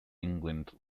england